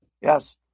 Yes